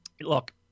Look